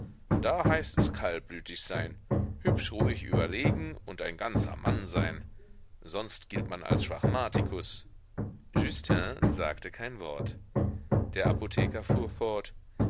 da heißt es kaltblütig sein hübsch ruhig überlegen und ein ganzer mann sein sonst gilt man als schwachmatikus justin sagte kein wort der apotheker fuhr fort